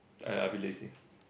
uh I've been lazy